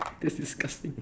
that's disgusting